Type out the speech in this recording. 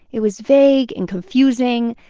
it was vague and confusing.